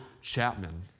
Chapman